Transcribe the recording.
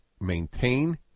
maintain